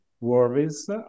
worries